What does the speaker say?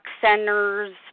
centers